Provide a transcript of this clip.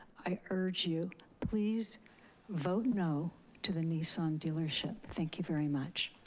i urge you, please vote no to the nissan dealership, thank you very much.